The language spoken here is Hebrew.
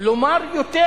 לומר יותר,